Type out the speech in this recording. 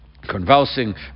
convulsing